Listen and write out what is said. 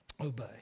Obey